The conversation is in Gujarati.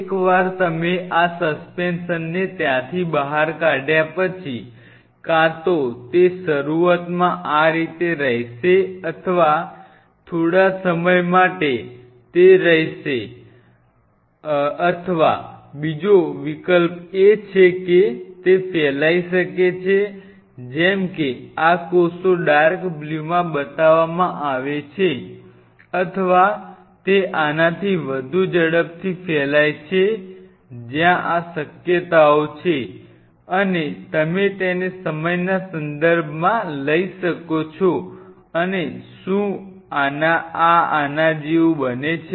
એકવાર તમે આ સસ્પેન્શનને ત્યાંથી બહાર કાઢ્યા પછી કાં તો તે શરૂઆતમાં આ રીતે રહેશે અથવા થોડા સમય માટે તે રહેશે અથવા બીજો વિકલ્પ એ છે કે તે ફેલાઈ શકે છે જેમ કે આ કોષો ડાર્ક બ્લુમાં બતાવવામાં આવે છે અથવા તે આનાથી વધુ ઝડપથી ફેલાય છે જ્યાં આ શક્યતાઓ છે અને તમે તેને સમયના સંદર્ભમાં લ ઈ શકો છો અને શું આ આના જેવું બને છે